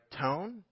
tone